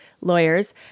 lawyers